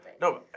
No